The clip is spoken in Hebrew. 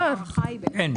כן, כן.